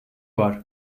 var